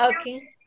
Okay